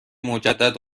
مجدد